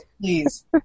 Please